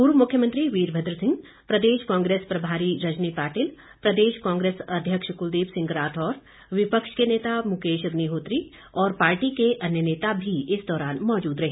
पूर्व मुख्यमंत्री वीरभद्र सिंह प्रदेश कांग्रेस प्रभारी रजनी पाटिल प्रदेश कांग्रेस अध्यक्ष कुलदीप सिंह राठौर विपक्ष के नेता मुकेश अग्निहोत्री और पार्टी के अन्य नेता भी इस दौरान मौजूद रहे